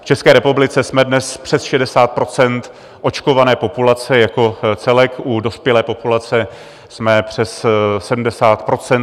V České republice jsme dnes přes 60 % očkované populace jako celek, u dospělé populace jsme přes 70 %, 7273%.